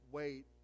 wait